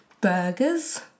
burgers